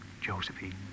Josephine